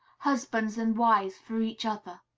husbands and wives for each other.